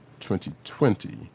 2020